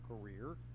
career